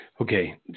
Okay